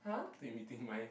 I thought you meeting Mai